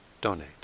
donate